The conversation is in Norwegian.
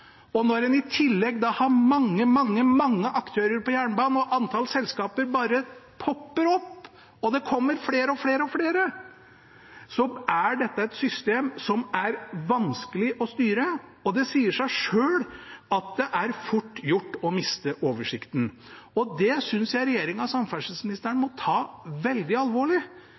Og når en i tillegg har mange, mange aktører på jernbanen – antall selskaper bare popper opp, og det kommer flere og flere – er dette et system som er vanskelig å styre. Det sier seg selv at det er fort gjort å miste oversikten. Det synes jeg regjeringen og samferdselsministeren må ta veldig alvorlig.